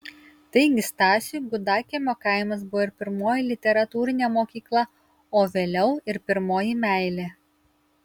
taigi stasiui gudakiemio kaimas buvo ir pirmoji literatūrinė mokykla o vėliau ir pirmoji meilė